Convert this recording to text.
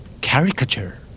Caricature